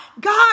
God